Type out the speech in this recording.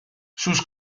sus